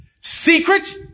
secret